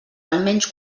almenys